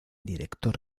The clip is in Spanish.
director